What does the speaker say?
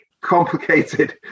complicated